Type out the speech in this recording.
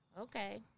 okay